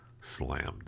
slammed